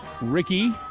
Ricky